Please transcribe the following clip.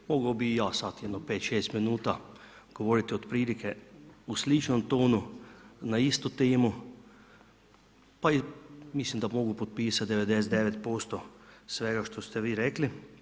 Mogao bih i ja satima 5, 6 minuta govoriti otprilike u sličnom tonu na istu temu, pa i mislim da mogu potpisati 99% svega što ste vi rekli.